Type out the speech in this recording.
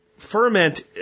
ferment